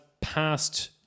passed